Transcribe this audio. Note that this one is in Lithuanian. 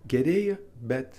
gerėja bet